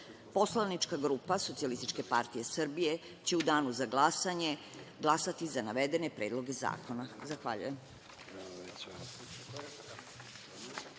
Evropi. Poslanička grupa Socijalističke partije Srbije će u danu za glasanje glasati za navedene predloge zakona. Zahvaljujem.